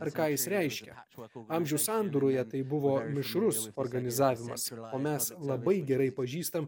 ar ką jis reiškia ačiū sakau amžių sandūroje tai buvo mišrus organizavimas ir mes labai gerai pažįstam